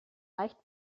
leicht